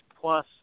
plus